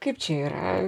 kaip čia yra